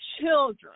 children